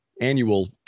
annual